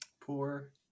Poor